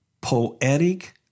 poetic